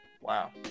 Wow